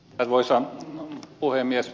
arvoisa puhemies